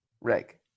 reg